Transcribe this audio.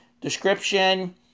description